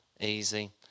easy